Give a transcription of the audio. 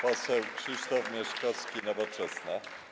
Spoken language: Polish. Poseł Krzysztof Mieszkowski, Nowoczesna.